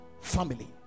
family